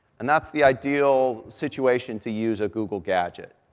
and that's the ideal situation to use a google gadget.